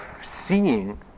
seeing